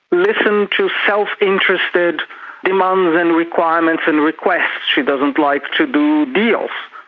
listen to self-interested demands and requirements and requests, she doesn't like to do deals,